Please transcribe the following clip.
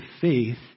faith